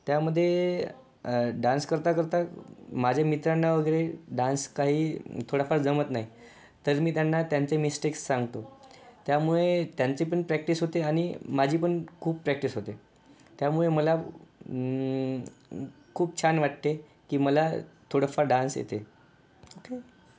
त्यामधे डान्स करता करता माझ्या मित्रांना वगैरे डान्स काही थोडाफार जमत नाही तर मी त्यांना त्यांचे मिस्टेक्स सांगतो त्यामुळे त्यांची पण प्रॅक्टीस होते आणि माझी पण खूप प्रॅक्टीस होते त्यामुळे मला खूप छान वाटते की मला थोडंफार डान्स येते ओके